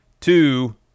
Two